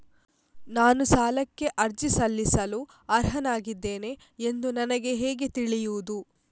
ನಾನು ಸಾಲಕ್ಕೆ ಅರ್ಜಿ ಸಲ್ಲಿಸಲು ಅರ್ಹನಾಗಿದ್ದೇನೆ ಎಂದು ನನಗೆ ಹೇಗೆ ತಿಳಿಯುದು?